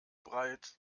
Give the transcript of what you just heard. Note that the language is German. breit